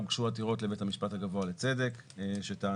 הוגשו עתירות לבית המשפט הגבוה לצדק שטענו,